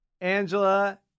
Angela